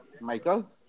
Michael